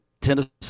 Tennessee